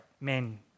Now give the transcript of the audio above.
men